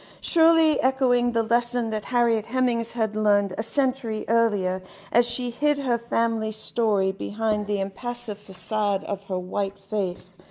surely echoing the lesson that harriet hemings had learned a century earlier as she hid her family's story behind the impassive facade of her white face.